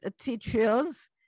teachers